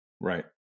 Right